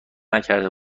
نکرده